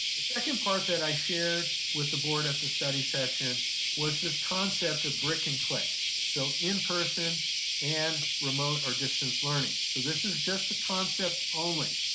the second part that i shared with the board at the study session was this concept of brick and click. so, in-person and remote or distance learning. so this is just a concept only.